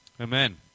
Amen